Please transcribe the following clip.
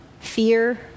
Fear